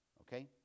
Okay